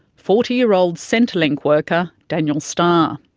forty year old centrelink worker daniel starr.